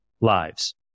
lives